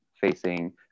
facing